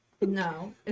no